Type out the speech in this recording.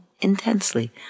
intensely